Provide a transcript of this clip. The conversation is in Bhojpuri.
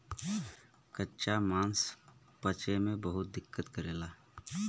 कच्चा मांस पचे में बहुत दिक्कत करेला